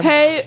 Hey